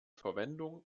verwendung